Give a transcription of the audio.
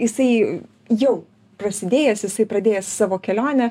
jisai jau prasidėjęs jisai pradėjęs savo kelionę